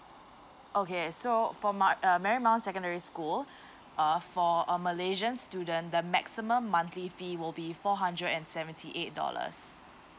okay so for ma~ uh marymount secondary school uh for a malaysian student the maximum monthly fee will be four hundred and seventy eight dollars